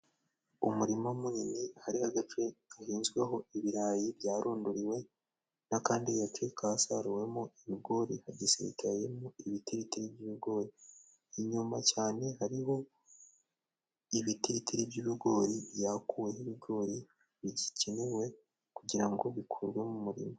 Umurima munini hariho agace gahinzweho ibirayi byaronduriwe n'akandi gace kasaruwemo ibigori hagisigayemo ibitiritiri by'igigori. Inyuma cyane hariho ibitiritiri by'ibigori byakuweho ibigori bigikenewe kugira ngo bikurwe mu murima.